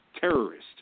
terrorist